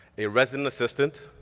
a resident assistant,